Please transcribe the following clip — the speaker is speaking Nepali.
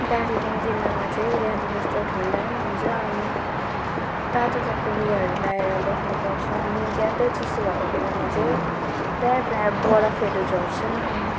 दार्जिलिङ जिल्लामा चाहिँ ज्यादा जस्तो ठन्डा नै हुन्छ अनि तातो तातो लुगाहरू लगाएर बस्नुपर्छ अनि ज्यादा चिसो भएको बेलामा चाहिँ प्रायः प्रायः बरफहरू झर्छन् अनि